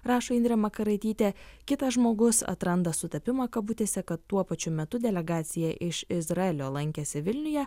rašo indrė makaraitytė kitas žmogus atranda sutapimą kabutėse kad tuo pačiu metu delegacija iš izraelio lankėsi vilniuje